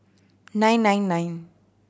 nine nine nine